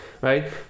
right